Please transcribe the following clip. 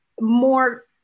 more